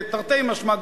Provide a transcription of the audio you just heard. תרתי משמע,